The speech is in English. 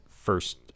first